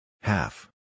Half